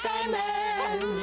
Simon